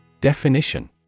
Definition